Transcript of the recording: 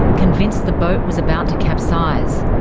convinced the boat was about to capsize.